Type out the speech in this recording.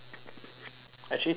actually two days lah